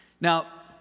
Now